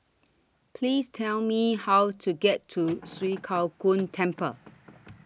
Please Tell Me How to get to Swee Kow Kuan Temple